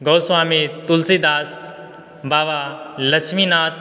Goswami Tulsidas Baba Lakshminath